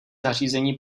zařízení